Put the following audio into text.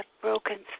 broken